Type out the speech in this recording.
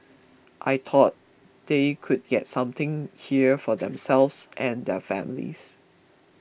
I thought they could get something here for themselves and their families